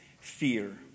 fear